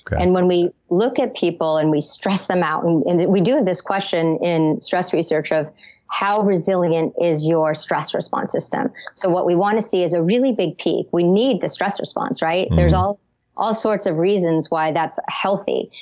and when we look at people and we stress them out, and we do have this question in stress research of how resilient is your stress response system? so what we want to see is a really big peak. we need the stress response, right? and there's all all sorts of reasons why that's healthy.